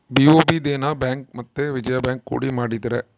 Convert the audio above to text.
BOB Dena bank ಮತ್ತೆ Vijaya bank ಕೂಡಿ ಮಾಡಿದರೆ